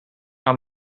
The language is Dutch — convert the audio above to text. aan